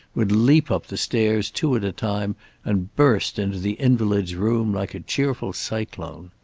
would leap up the stairs two at a time and burst into the invalid's room like a cheerful cyclone.